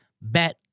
bet